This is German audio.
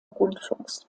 rundfunks